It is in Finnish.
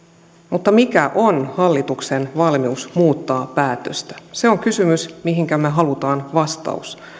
mutta mikä on hallituksen valmius muuttaa päätöstä se on kysymys mihinkä me haluamme vastauksen